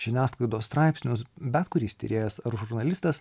žiniasklaidos straipsnius bet kuris tyrėjas ar žurnalistas